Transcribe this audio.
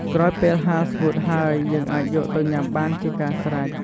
ក្រោយពេលហាលស្ងួតហើយ យើងអាចយកទៅញ៉ាំបានជាកាស្រេច។